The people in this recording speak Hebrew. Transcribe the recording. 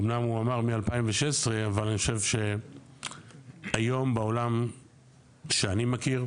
אמנם הוא אמר מ-2016 אבל אני חושב שהיום בעולם שאני מכיר,